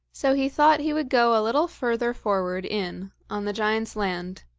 so he thought he would go a little further forward in on the giant's land